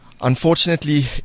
Unfortunately